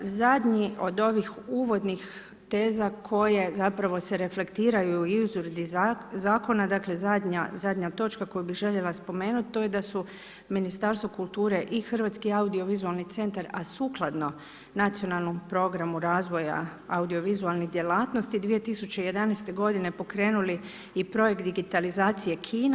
Zadnji od ovih uvodnih teze koja se reflektiraju i izradi zakona, dakle zadnja točka koju bi željela spomenuti, to je da su Ministarstvo kulture i Hrvatski audiovizualni centar, a sukladno Nacionalnom programu razvoja audiovizualnih djelatnosti 2011. godine pokrenuli i projekt digitalizacije kina.